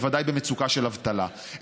בוודאי במצוקה של אבטלה,